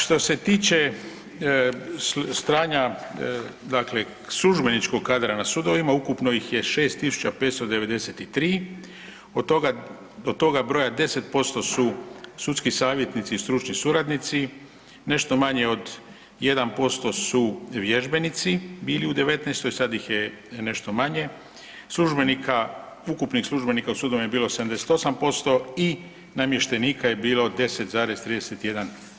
Što se tiče stanja, dakle službeničkog kadra na sudovima ukupno ih je 6593 od toga broja 10% su sudski savjetnici i stručni suradnici, nešto manje od 1% su vježbenici bili u '19., sad ih je nešto manje, službenika, ukupnih službenika u sudovima je bilo 78% i namještenika je bilo 10,31%